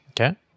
Okay